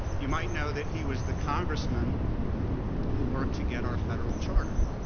you might know that he was the congressman who worked to get our federal charter.